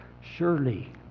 Surely